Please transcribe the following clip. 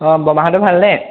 অঁ বৰমাহঁতৰ ভালনে